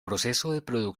procedimiento